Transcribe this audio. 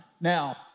Now